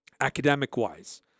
academic-wise